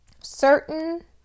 certain